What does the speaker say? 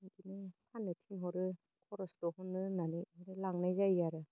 इदिनो फाननो थिनहरो खरस दहननो होननानै ओमफ्राय लांनाय जायो आरो